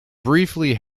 briefly